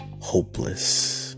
hopeless